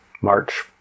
March